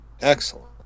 excellent